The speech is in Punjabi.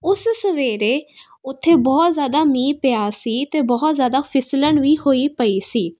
ਉਸ ਸਵੇਰੇ ਉੱਥੇ ਬਹੁਤ ਜ਼ਿਆਦਾ ਮੀਂਹ ਪਿਆ ਸੀ ਅਤੇ ਬਹੁਤ ਜ਼ਿਆਦਾ ਫਿਸਲਣ ਵੀ ਹੋਈ ਪਈ ਸੀ